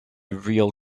real